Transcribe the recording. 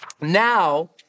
now